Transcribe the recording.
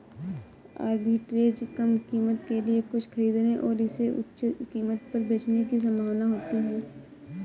arbitrage कम कीमत के लिए कुछ खरीदने और इसे उच्च कीमत पर बेचने की संभावना होती है